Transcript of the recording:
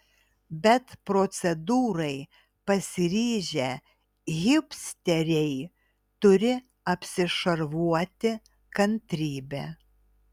bet procedūrai pasiryžę hipsteriai turi apsišarvuoti kantrybe